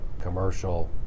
commercial